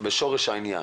בשורש העניין.